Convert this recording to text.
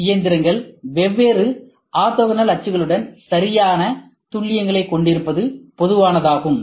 M இயந்திரங்கள் வெவ்வேறு orthogonal அச்சுகளுடன் சரியான துல்லியங்களைக் கொண்டிருப்பது பொதுவானது